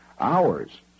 hours